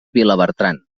vilabertran